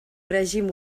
règim